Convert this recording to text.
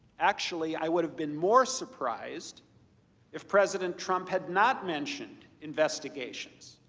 actually i would've been more surprised if president trump had not mentioned investigations.